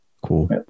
cool